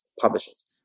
publishes